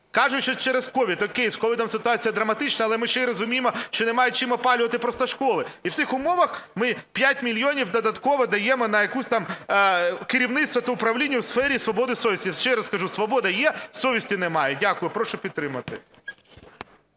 Кажуть, що через COVID. О'кей з COVID ситуація драматична, але ми ще й розуміємо, що немає чим опалювати просто школи. І в цих умовах ми 5 мільйонів додатково даємо на якесь там керівництво та управління свободи совісті. Ще раз кажу, свобода є – совісті немає. Дякую. Прошу підтримати.